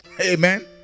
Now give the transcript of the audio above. Amen